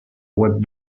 web